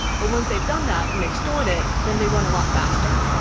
but once they've done that and they've stored it, then they run a lot faster.